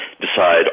decide